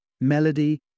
melody